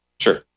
Sure